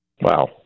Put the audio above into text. Wow